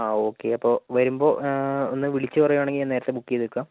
ആ ഓക്കെ അപ്പോൾ വരുമ്പോൾ ഒന്ന് വിളിച്ച് പറയുവാണെങ്കിൽ ഞാൻ നേരത്തെ ബുക്ക് ചെയ്തേക്കാം